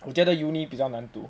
我觉得 uni 比较难读